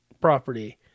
property